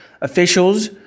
Officials